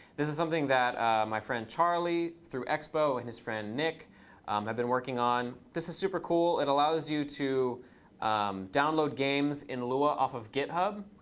this is something that my friend charlie through expo and his friend nick have been working on. this is super cool. it allows you to download games in lua off of github.